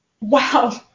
Wow